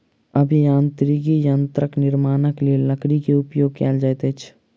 अभियांत्रिकी यंत्रक निर्माणक लेल लकड़ी के उपयोग कयल जाइत अछि